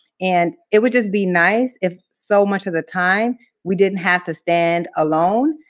and it would just be nice if so much of the time we didn't have to stand alone,